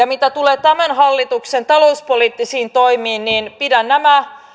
mitä tulee tämän hallituksen talouspoliittisiin toimiin niin pidän